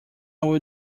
will